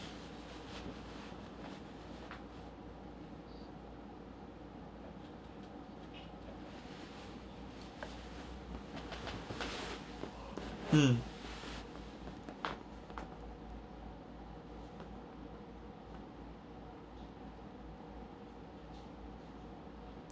mm